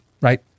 right